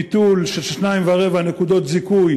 ביטול של 2.25 נקודות זיכוי